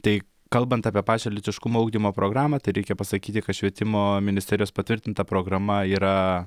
tai kalbant apie pačią lytiškumo ugdymo programą tai reikia pasakyti kad švietimo ministerijos patvirtinta programa yra